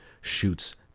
shoots